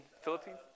Philippines